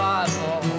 Bible